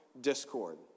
discord